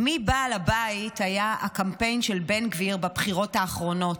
"מי בעל הבית" היה הקמפיין של בן גביר בבחירות האחרונות.